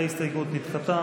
נדחתה.